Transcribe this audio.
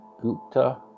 Gupta